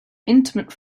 intimate